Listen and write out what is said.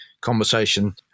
conversation